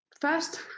First